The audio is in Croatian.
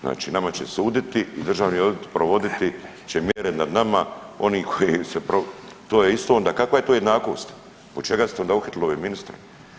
Znači nama će suditi i državni odvjetnik provoditi će mjere nad nama oni koji se, to je isto, onda kakva je to jednakost, od čega ste onda uhitili ove ministre.